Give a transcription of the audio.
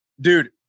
dude